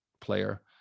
player